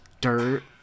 dirt